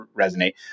resonate